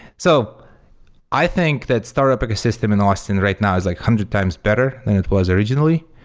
so i think that startup like system in austin right now is like hundred times better than it was originally.